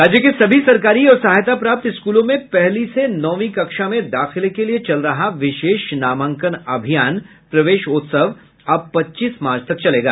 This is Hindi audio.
राज्य के सभी सरकारी और सहायता प्राप्त स्कूलों में पहली से नौवीं कक्षा में दाखिले के लिए चल रहा विशेष नामांकन अभियान प्रवेशोत्सव अब पच्चीस मार्च तक चलेगा